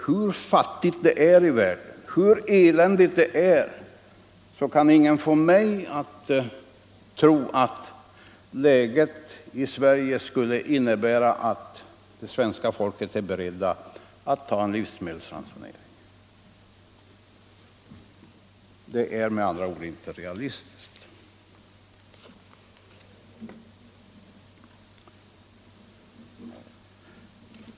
Hur fattigt för svältdrabbade det än är i världen, hur eländigt det än är kan ingen få mig att tro länder att läget i Sverige är sådant att det svenska folket är berett att ta en livsmedelsransonering. Detta är med andra ord inte realistiskt.